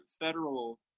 federal